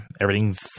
everything's